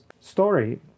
story